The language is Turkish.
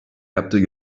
yaptığı